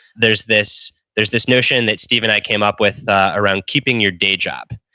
there's this there's this notion that steve and i came up with around keeping your day job.